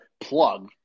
plug